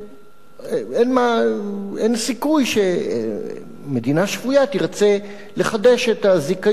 אין סיכוי שמדינה שפויה תרצה לחדש את הזיכיון,